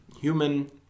human